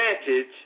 advantage